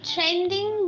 Trending